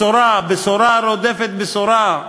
בשורה רודפת בשורה,